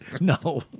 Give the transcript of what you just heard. No